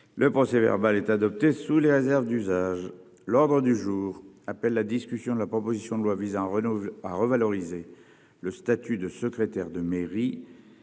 Le procès verbal est adoptée sous les réserves d'usage. L'ordre du jour appelle la discussion de la proposition de loi visant Renault à revaloriser le statut de secrétaire de mairie.